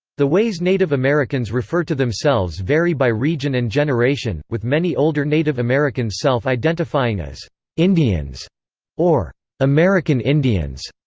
the ways native americans refer to themselves vary by region and generation, with many older native americans self-identifying as indians or american indians,